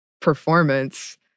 performance